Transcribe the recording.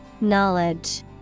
Knowledge